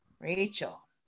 Rachel